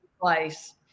place